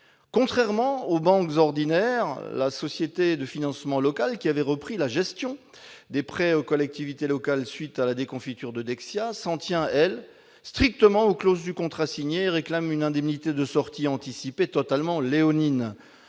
contrairement aux banques ordinaires, la Société de financement local, la SFIL, qui a repris la gestion des prêts aux collectivités territoriales à la suite de la déconfiture de Dexia, s'en tient strictement aux clauses du contrat signé et réclame une indemnité de sortie anticipée véritablement léonine.